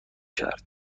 کرد